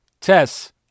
Tess